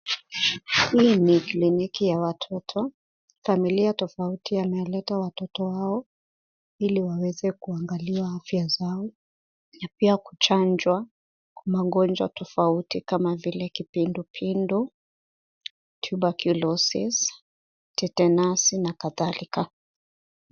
Hii ni kliniki ya watoto. Familia tofauti yamewaleta watoto wao ili waweze kuangaliwa afya zao na pia kuchanjwa kwa magonjwa tofauti, kama vile kipindupindu, tuberclosis , tetenasi na kadhalika.